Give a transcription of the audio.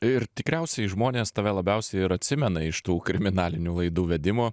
ir tikriausiai žmonės tave labiausiai ir atsimena iš tų kriminalinių laidų vedimo